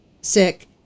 sick